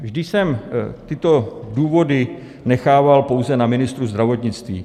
Vždy jsem tyto důvody nechával pouze na ministru zdravotnictví.